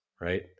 right